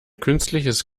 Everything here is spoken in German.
künstliches